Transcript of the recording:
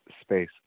space